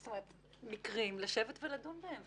מקרים, לשבת ולדון בהם.